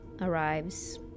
arrives